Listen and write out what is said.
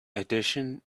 addition